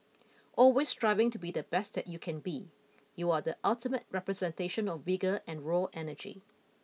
always striving to be the best you can be you are the ultimate representation of vigour and raw energy